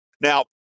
now